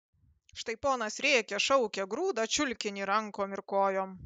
štai ponas rėkia šaukia grūda čiulkinį rankom ir kojom